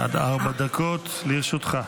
עד ארבע דקות לרשותך.